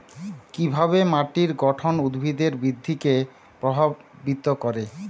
কিভাবে মাটির গঠন উদ্ভিদের বৃদ্ধিকে প্রভাবিত করে?